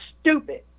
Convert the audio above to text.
stupid